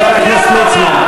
חבר הכנסת רוזנטל,